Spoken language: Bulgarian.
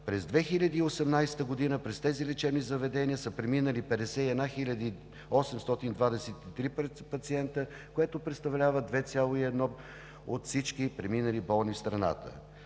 През 2018 г. през тези лечебни заведения са преминали 51 хиляди 823 пациенти, което представлява 2,1% от всички преминали болни в страната.